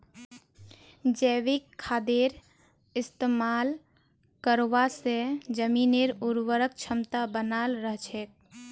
जैविक खादेर इस्तमाल करवा से जमीनेर उर्वरक क्षमता बनाल रह छेक